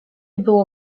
było